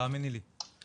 תאמיני לי.